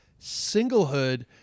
singlehood